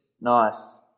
Nice